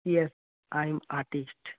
yes I am artist